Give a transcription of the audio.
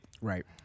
Right